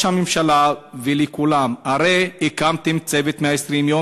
הממשלה ולכולם: הרי הקמתם את "צוות 120 הימים",